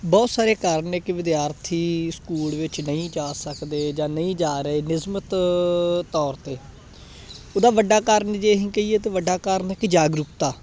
ਬਹੁਤ ਸਾਰੇ ਕਾਰਨ ਨੇ ਕਿ ਵਿਦਿਆਰਥੀ ਸਕੂਲ ਵਿੱਚ ਨਹੀਂ ਜਾ ਸਕਦੇ ਜਾਂ ਨਹੀਂ ਜਾ ਰਹੇ ਨਿਯਮਿਤ ਤੌਰ 'ਤੇ ਉਹਦਾ ਵੱਡਾ ਕਾਰਨ ਜੇ ਅਸੀਂ ਕਹੀਏ ਤਾਂ ਵੱਡਾ ਕਾਰਨ ਕਿ ਜਾਗਰੂਕਤਾ